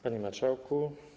Panie Marszałku!